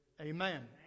Amen